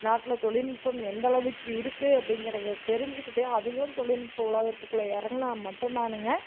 நாட்டில் தொழில்நுட்பம் எந்த அளவுக்கு இருக்கு அப்படிங்கிறத தெரிஞ்சிக்கிட்டு அவங்களும் தொழில்நுட்ப உலகத்துக்குள்ளே இறங்குனா மட்டும்தானுங்க